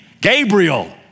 Gabriel